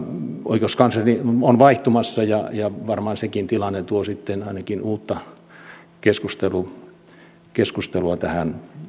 oikeuskansleri on vaihtumassa ja ja varmaan sekin tilanne tuo sitten ainakin uutta keskustelua tähän